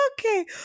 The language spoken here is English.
Okay